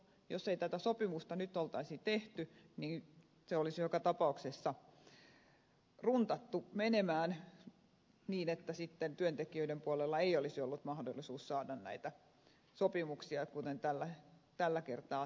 jos ei tätä sopimusta nyt olisi tehty niin se olisi joka tapauksessa runtattu menemään niin että sitten työntekijöiden puolella ei olisi ollut mahdollisuutta saada näitä sopimuksia kuten tällä kertaa nyt saatiin